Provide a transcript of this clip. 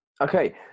okay